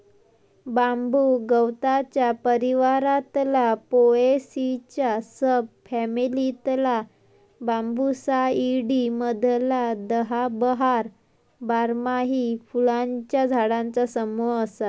बांबू गवताच्या परिवारातला पोएसीच्या सब फॅमिलीतला बांबूसाईडी मधला सदाबहार, बारमाही फुलांच्या झाडांचा समूह असा